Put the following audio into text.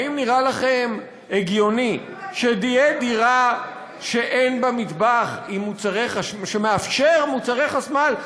האם נראה לכם הגיוני שתהיה דירה שאין בה מטבח שמאפשר מוצרי חשמל?